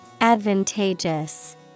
Advantageous